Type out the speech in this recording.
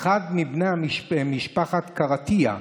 אחד מבני משפחת קרטייה,